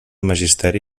magisteri